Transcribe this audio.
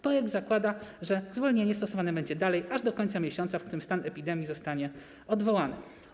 Projekt zakłada, że zwolnienie stosowane będzie dalej, aż do końca miesiąca, w którym stan epidemii zostanie odwołany.